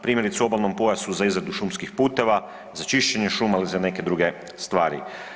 Primjerice u obalnom pojasu za izradu šumskih putova, za čišćenje šuma ili za neke druge stvari.